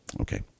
Okay